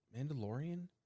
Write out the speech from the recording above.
Mandalorian